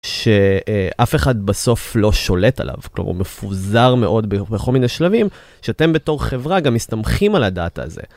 שאף אחד בסוף לא שולט עליו, כלומר הוא מפוזר מאוד בכל מיני שלבים, שאתם בתור חברה גם מסתמכים על הדאטה הזה.